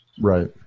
Right